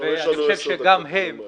קיבלנו אישור להמשיך את הישיבה